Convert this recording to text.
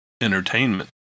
entertainment